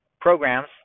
programs